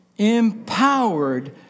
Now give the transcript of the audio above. empowered